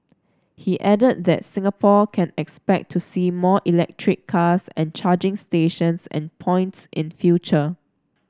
he added that Singapore can expect to see more electric cars and charging stations and points in future